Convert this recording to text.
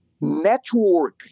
network